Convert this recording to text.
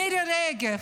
מירי רגב,